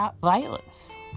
violence